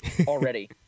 already